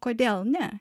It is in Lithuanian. kodėl ne